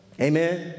Amen